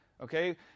okay